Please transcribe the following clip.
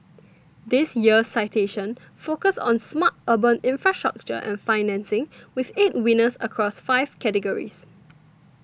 this year's citations focus on smart urban infrastructure and financing with eight winners across five categories